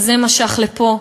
אז זה משך לפה,